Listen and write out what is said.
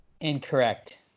incorrect